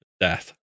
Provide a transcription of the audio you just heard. Death